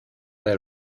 del